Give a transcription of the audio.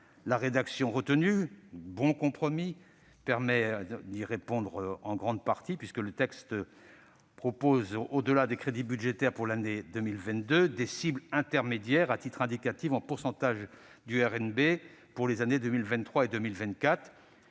La rédaction retenue est un bon compromis qui permet de répondre en grande partie à cette préoccupation, puisque le texte prévoit, au-delà des crédits budgétaires pour l'année 2022, des cibles intermédiaires à titre indicatif en pourcentage du RNB pour les années 2023 et 2024.